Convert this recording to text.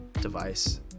device